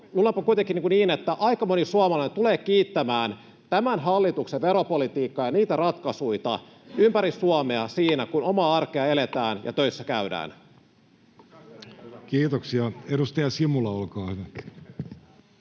Luulenpa kuitenkin niin, että aika moni suomalainen tulee kiittämään tämän hallituksen veropolitiikkaa ja niitä ratkaisuita ympäri Suomea siinä, kun omaa arkea eletään ja töissä käydään. Kiitoksia. — Edustaja Simula, olkaa hyvä.